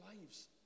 lives